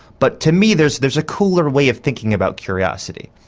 but to me there's there's a cooler way of thinking about curiosity.